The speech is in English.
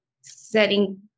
setting